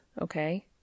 okay